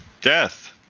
Death